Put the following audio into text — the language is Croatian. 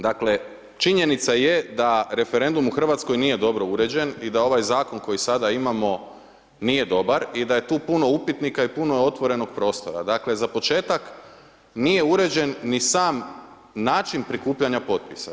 Dakle, činjenica je da referendum u Hrvatskoj nije dobro uređen i da ovaj zakon koji sada imamo nije dobar i da je tu puno upitnika i puno je otvorenoga prostora, dakle za početak nije uređen ni sam način prikupljanja potpisa.